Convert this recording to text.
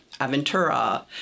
Aventura